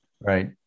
right